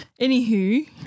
Anywho